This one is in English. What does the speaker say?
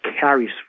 carries